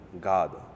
God